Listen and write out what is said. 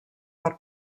per